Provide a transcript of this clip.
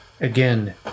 Again